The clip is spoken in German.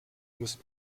musst